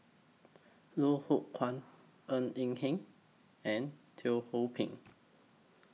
Loh Hoong Kwan Ng Eng Hen and Teo Ho Pin